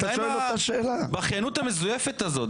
די עם הבכיינות המזויפת הזאת.